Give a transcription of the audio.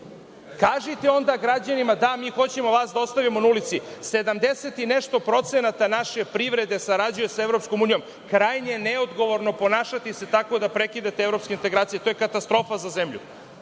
Kažite onda građanima – da, mi hoćemo vas da ostavimo na ulici, 70 i nešto procenata naše privrede sarađuje sa EU. Krajnje je neodgovorno ponašati se tako da prekidate evropske integracije. To je katastrofa za zemlju. Da